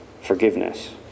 forgiveness